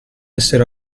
essere